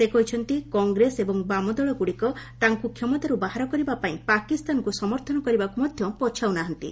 ସେ କହିଛନ୍ତି କଂଗ୍ରେସ ଏବଂ ବାମଦଳଗୁଡ଼ିକ ତାଙ୍କୁ କ୍ଷମତାରୁ ବାହାର କରିବାପାଇଁ ପାକିସ୍ତାନକୁ ସମର୍ଥନ କରିବାକୁ ମଧ୍ୟ ପଛାଉ ନାହାନ୍ତି